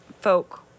folk